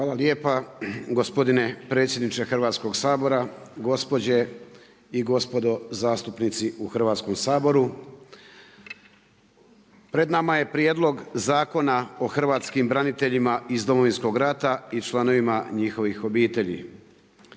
Hvala lijepa gospodine predsjedniče Hrvatskog sabora, gospođe i gospodo zastupnici u Hrvatskom saboru. Pred nama je Prijedlog Zakona o hrvatskim braniteljima iz Domovinskog rata i članovima njihovih obitelji.